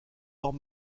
leurs